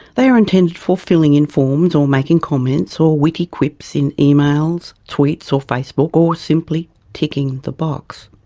they are intended for filling in forms or making comments or witty quips in emails, tweets or facebook, or simply ticking the box.